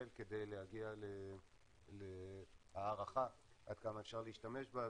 כדי להגיע להערכה עד כמה אפשר להשתמש בה,